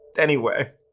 anyway.